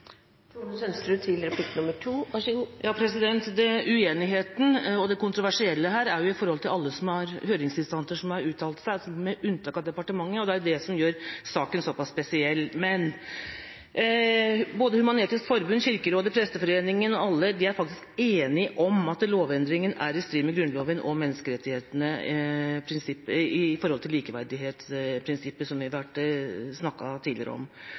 det. Uenigheten og det kontroversielle her er på grunn av alle høringsinstanser som har uttalt seg, med unntak av departementet, og det er det som gjør saken så spesiell. Både Human-Etisk Forbund, Kirkerådet og Presteforeningen er enige om at lovendringen er i strid med Grunnloven og menneskerettighetene med tanke på likebehandlingsprinsippet, som vi har snakket om